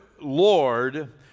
Lord